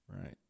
Right